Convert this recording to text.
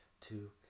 Two